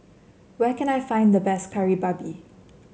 where can I find the best Kari Babi